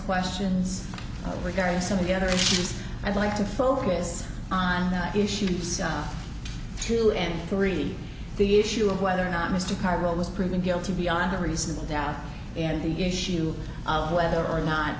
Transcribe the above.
questions regarding some of the other issues i'd like to focus on the issues two and three the issue of whether or not mr carwell was proven guilty beyond a reasonable doubt and the issue of whether or not